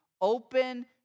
open